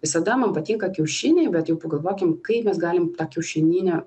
visada man patinka kiaušiniai bet jau pagalvokim kaip mes galim tą kiaušinynę